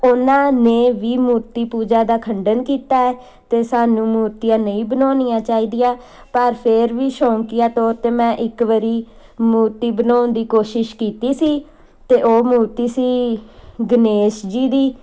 ਉਹਨਾਂ ਨੇ ਵੀ ਮੂਰਤੀ ਪੂਜਾ ਦਾ ਖੰਡਨ ਕੀਤਾ ਹੈ ਅਤੇ ਸਾਨੂੰ ਮੂਰਤੀਆਂ ਨਹੀਂ ਬਣਾਉਣੀਆਂ ਚਾਹੀਦੀਆਂ ਪਰ ਫੇਰ ਵੀ ਸ਼ੌਕੀਆ ਤੌਰ 'ਤੇ ਮੈਂ ਇੱਕ ਵਾਰੀ ਮੂਰਤੀ ਬਣਾਉਣ ਦੀ ਕੋਸ਼ਿਸ਼ ਕੀਤੀ ਸੀ ਅਤੇ ਉਹ ਮੂਰਤੀ ਸੀ ਗਨੇਸ਼ ਜੀ ਦੀ